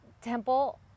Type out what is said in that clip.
temple